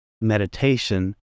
meditation